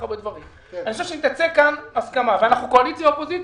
אני חושב שאם תצא מכאן הסכמה אנחנו קואליציה ואופוזיציה,